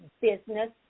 business